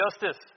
justice